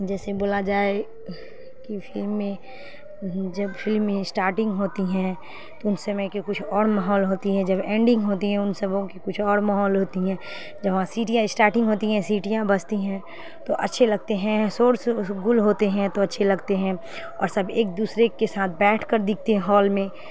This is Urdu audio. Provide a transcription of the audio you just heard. جیسے بولا جائے کہ فلم میں جب فلم اسٹارٹنگ ہوتی ہیں تو اس سمے کے کچھ اور ماحول ہوتی ہیں جب اینڈنگ ہوتی ہیں ان سب کی کچھ اور ماحول ہوتی ہیں جب وہاں سیٹیاں اسٹاٹنگ ہوتی ہیں سیٹیاں بجتی ہیں تو اچھے لگتے ہیں شور غل ہوتے ہیں تو اچھے لگتے ہیں اور سب ایک دوسرے کے ساتھ بیٹھ کر دیکھتے ہیں ہال میں